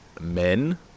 men